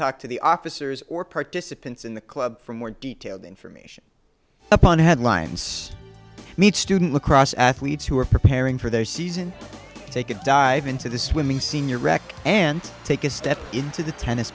talk to the officers or participants in the club for more detailed information upon headlines student lacrosse athletes who are preparing for their season take a dive into the swimming senior and take a step into the tennis